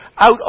out